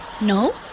No